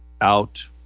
out